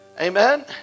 Amen